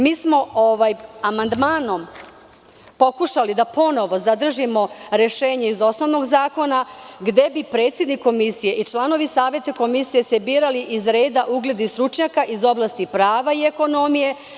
Mi smo amandmanom pokušali da ponovo zadržimo rešenje iz osnovnog zakona, gde bi se predsednik komisije i članovi saveta komisije birali iz reda uglednih stručnjaka iz oblasti prava i ekonomije.